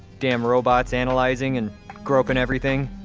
damn robots analyzing and groping everything.